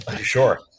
Sure